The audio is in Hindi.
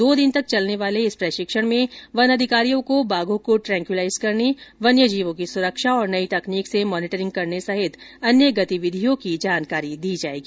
दो दिन तक चलने वाले इस प्रशिक्षण में वन अधिकारियों को बाघों को ट्रेंकलाइज करने वन्य जीवों की सुरक्षा और नई तकनीक से मॉनिटरिंग करने सहित अन्य कई गतिविधियों की जानकारी दी जाएगी